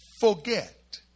forget